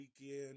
weekend